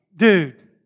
dude